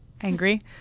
Angry